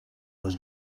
was